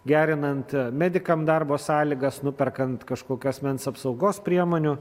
gerinant medikam darbo sąlygas nuperkant kažkokių asmens apsaugos priemonių